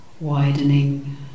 widening